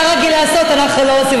מה שאתה רגיל לעשות אנחנו לא עושים,